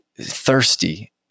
thirsty